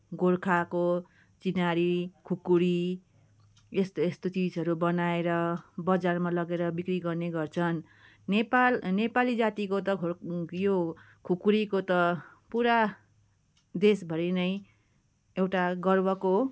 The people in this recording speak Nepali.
गोर्खाको चिन्हारी खुकुरी यस्तो यस्तो चिजहरू बनाएर बजारमा लगेर बिक्री गर्ने गर्छन् नेपाल नेपाली जातिको त खुर यो खुकुरीको त पुरा देशभरि नै एउटा गर्वको